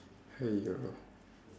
!haiyo!